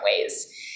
ways